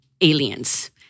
aliens